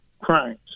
crimes